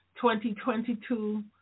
2022